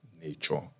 nature